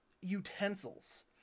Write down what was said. utensils